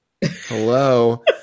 Hello